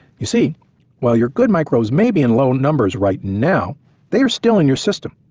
you see while your good microbes may be in low numbers right now they are still in your system.